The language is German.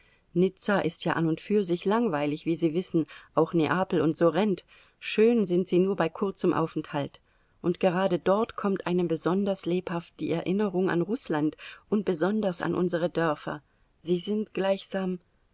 nizza ist ja an und für sich langweilig wie sie wissen auch neapel und sorrent schön sind sie nur bei kurzem aufenthalt und gerade dort kommt einem besonders lebhaft die erinnerung an rußland und besonders an unsere dörfer sie sind gleichsam